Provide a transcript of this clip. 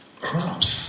crops